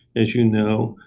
as you know.